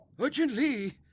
urgently